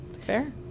Fair